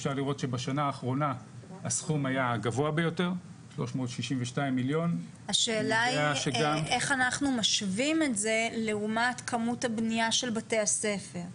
אפשר לראות שבשנה האחרונה הסכום היה גבוה ביותר 362,000,000. השאלה איך אנחנו משווים את זה לעומת כמות הבניה של בתי-הספר,